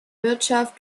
wirtschaft